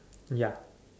ya